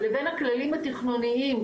לבין הכללים התכנוניים,